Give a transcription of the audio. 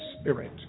spirit